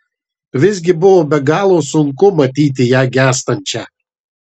visgi buvo be galo sunku matyti ją gęstančią